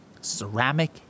ceramic